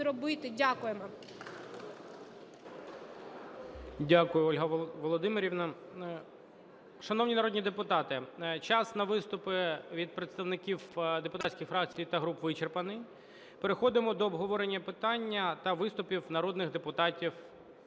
Дякую, Ольга Володимирівна. Шановні народні депутати, час на виступи від представників депутатських фракцій та груп вичерпаний. Переходимо до обговорення питання та виступів народних депутатів